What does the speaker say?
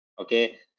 Okay